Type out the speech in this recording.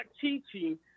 teaching